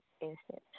Instance